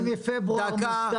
אני רוצה להגיד משהו לך,